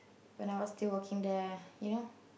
when I was still working there you know